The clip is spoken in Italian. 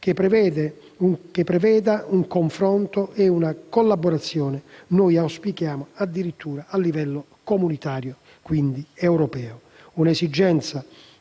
che preveda un confronto e una collaborazione che noi auspichiamo addirittura a livello comunitario, quindi europeo.